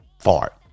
Fart